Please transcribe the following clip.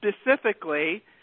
specifically